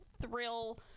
thrill